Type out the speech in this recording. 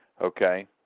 okay